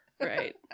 Right